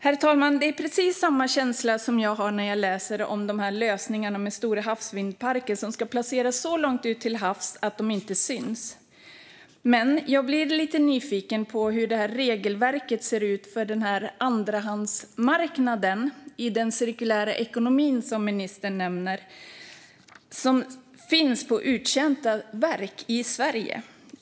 Det är precis samma känsla som jag får när jag läser om de här lösningarna med stora vindkraftsparker som ska placeras så långt ut till havs att de inte syns. Jag blir lite nyfiken på hur regelverket ser ut för den andrahandsmarknad i den cirkulära ekonomin som ministern nämner och som finns för uttjänta verk i Sverige.